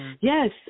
Yes